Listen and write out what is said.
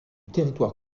territoire